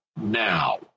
now